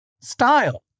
Style